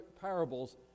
parables